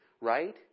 right